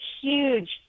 Huge